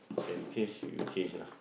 can change we change lah